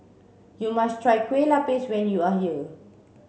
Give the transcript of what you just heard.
you must try Kueh Lapis when you are here